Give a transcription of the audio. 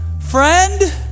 Friend